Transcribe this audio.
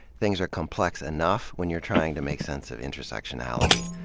things are complex enough when you're trying to make sense of intersectionality.